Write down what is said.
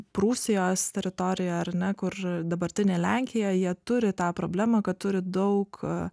prūsijos teritorijoje ar ne kur dabartinė lenkija jie turi tą problemą kad turi daug